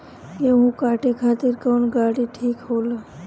गेहूं काटे खातिर कौन गाड़ी ठीक होला?